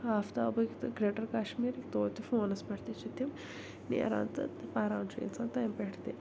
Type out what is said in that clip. آفتابٕکۍ تہٕ گرٛیٹر کشمیٖرٕکۍ تویتہِ فونس پٮ۪ٹھ تہِ چھِ تِم نیران تہٕ پران چھُ اِنسان تَمہِ پٮ۪ٹھ تہِ